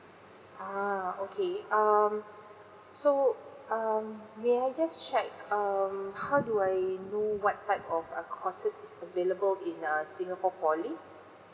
ah okay um so um may I just check um how do I know what type of uh courses is available in uh singapore poly